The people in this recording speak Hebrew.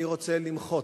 אני רוצה למחות.